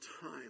time